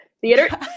Theater